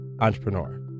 entrepreneur